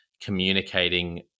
communicating